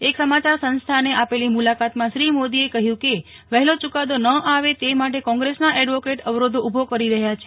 એક સમાચાર સંસ્થાને આપેલી મુલાકાતમાં શ્રી મોદીએ કહ્યું કે વહેલો ચૂકાદો ન આવે તે માટે કોંગ્રેસના એડવોકેટ અવરોધો ઉભી કરી રહ્યા છે